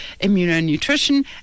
immunonutrition